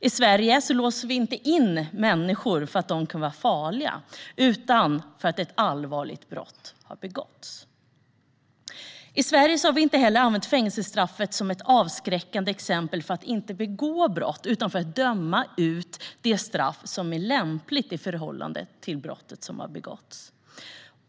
I Sverige låser vi inte in människor för att de kan vara farliga utan för att ett allvarligt brott har begåtts. I Sverige har inte heller fängelsestraffet använts som ett avskräckande exempel för att inte begå brott utan för att döma ut det straff som är lämpligt i förhållande till brottet som har begåtts.